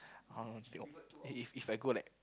if I go like